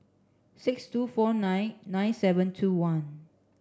six two four nine nine seven two one